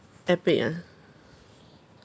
epic ah